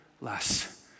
less